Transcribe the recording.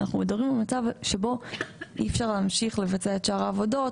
אנחנו מדברים על מצב שבו אי-אפשר להמשיך לבצע את שאר העבודות,